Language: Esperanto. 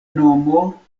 nomo